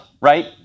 right